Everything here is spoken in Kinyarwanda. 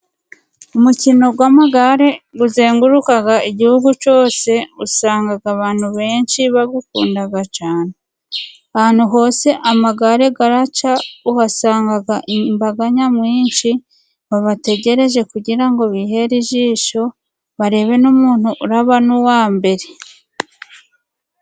Umukino w'amagare uzenguruka igihugu cyose usanga abantu benshi bawukunda cyane ,ahantu hose amagare araca uhasanga imbaga nyamwinshi babategereje kugira ngo bihere ijisho, barebe n'umuntu uraba n'uwa mbere.